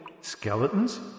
Skeletons